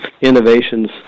innovations